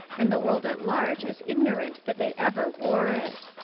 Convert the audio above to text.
and the world at large is ignorant that they ever wore it.